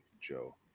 Joe